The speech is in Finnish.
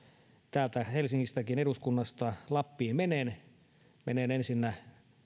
täältä helsingistäkin eduskunnasta lappiin menen menen ensinnä